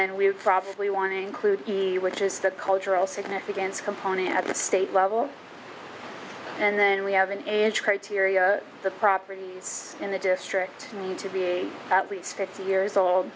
then we would probably wanting clue to be which is the cultural significance component at the state level and then we have an age criteria the properties in the district need to be at least fifty years old